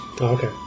Okay